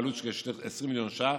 בעלות של 20 מיליון ש"ח.